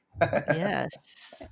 Yes